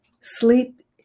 sleep